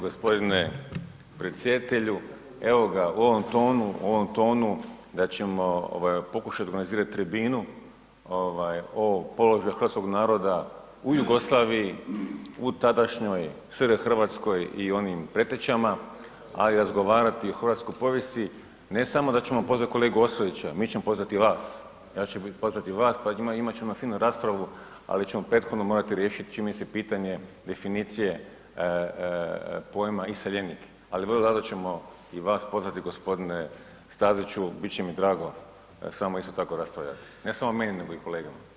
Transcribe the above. g. predsjedatelju, evo ga u ovom tonu, u ovom tonu da ćemo pokušat organizirat tribinu o položaju hrvatskog naroda u Jugoslaviji, u tadašnjoj SR Hrvatskoj i onim pretečama, a i razgovarati o hrvatskoj povijesti, ne samo da ćemo pozvat kolegu Ostojića, mi ćemo pozvati i vas, ja ću pozvat i vas, pa ćemo, imat ćemo finu raspravu, ali ćemo prethodno morati riješiti čini mi se pitanje definicije pojma „iseljenik“, ali vrlo rado ćemo i vas pozvati g. Staziću, bit će mi drago s vama isto tako raspravljati, ne samo meni, nego i kolegama.